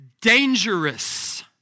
dangerous